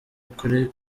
ukuri